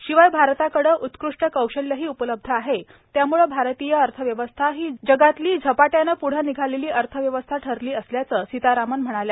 शि वाय भारताकडे उत्कृष्ट कौशल्यही उपलब्ध आहे त्यामूळं भारतीय अर्थव्यवस्था ही जगातली झपाट्यानं पृढं निघालेली अर्थव्यवस्था ठरली असल्याचं सीतारामन् म्हणाल्या